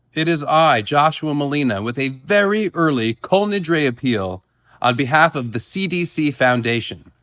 it is i, joshua malina with a very early kol nidre appeal on behalf of the cdc foundation.